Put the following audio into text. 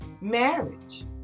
marriage